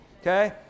okay